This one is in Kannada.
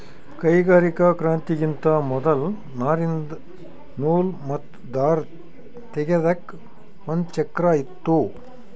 ಕೈಗಾರಿಕಾ ಕ್ರಾಂತಿಗಿಂತಾ ಮೊದಲ್ ನಾರಿಂದ್ ನೂಲ್ ಮತ್ತ್ ದಾರ ತೇಗೆದಕ್ ಒಂದ್ ಚಕ್ರಾ ಇತ್ತು